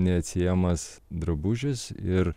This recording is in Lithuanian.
neatsiejamas drabužis ir